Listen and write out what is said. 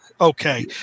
Okay